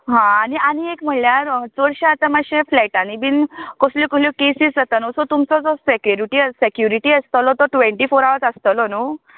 हां आनी आनी एक म्हळ्यार चडशें आतां मात्शे फ्लॅटांनी बीन कसल्यो कसल्यो केसीस जाता न्हू तुमचो जो सेक्यूरीटी सेक्यूरीटी आसतलो तो ट्वेंन्टी फोर हावर्स आसतलो न्हूं